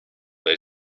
they